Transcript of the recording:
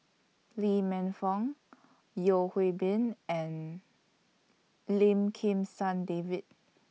Lee Man Fong Yeo Hwee Bin and Lim Kim San David